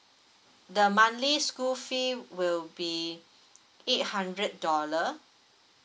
the monthly school fee will be eight hundred dollar